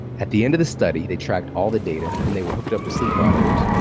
at the end of the study, they tracked all the data. then they were hooked up to sleep monitors.